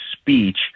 speech